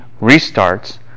restarts